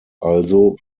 also